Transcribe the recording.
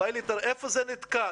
איפה זה נתקע?